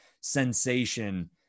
sensation